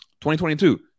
2022